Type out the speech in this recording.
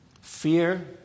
fear